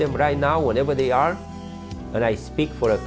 them right now whenever they are and i speak for